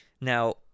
Now